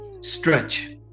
stretch